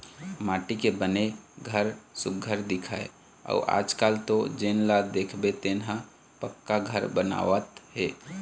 माटी के बने घर सुग्घर दिखय अउ आजकाल तो जेन ल देखबे तेन ह पक्का घर बनवावत हे